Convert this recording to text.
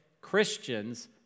christians